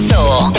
Soul